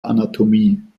anatomie